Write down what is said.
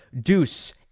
Deuce